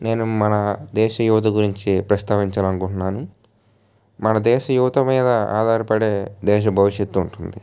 నేను మన దేశ యువత గురించి ప్రస్తావించాలి అనుకుంటున్నాను మన దేశ యువత మీద ఆధారపడే దేశ భవిష్యత్తు ఉంటుంది